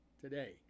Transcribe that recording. today